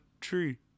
tree